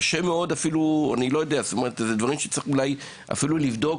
בעיניי צריך לבדוק,